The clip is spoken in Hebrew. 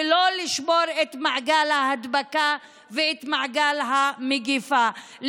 ולא לשבור את מעגל ההדבקה ואת מעגל המגפה,